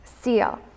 seal